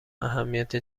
اهمیت